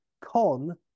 Con